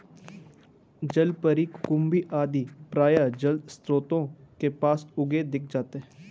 जलपरी, कुकुम्भी आदि प्रायः जलस्रोतों के पास उगे दिख जाते हैं